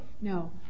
No